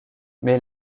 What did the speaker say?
mais